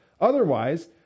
Otherwise